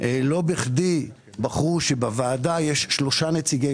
לא בכדי בחרו שבוועדה יהיו שלושה נציגי